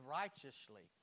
righteously